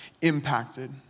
impacted